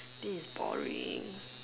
this is boring